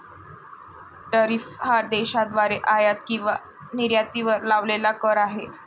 tariff हा देशाद्वारे आयात किंवा निर्यातीवर लावलेला कर आहे